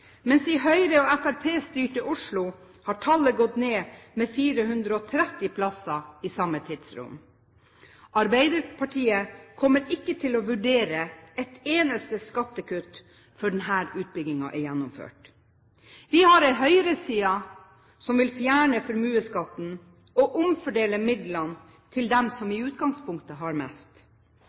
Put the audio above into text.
mens i Høyre- og Fremskrittspartistyrte Oslo har tallet gått ned med 430 plasser i samme tidsrom. Arbeiderpartiet kommer ikke til å vurdere et eneste skattekutt før denne utbyggingen er gjennomført. Vi har en høyreside som vil fjerne formuesskatten og omfordele midlene til dem som i utgangspunktet har mest.